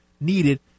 needed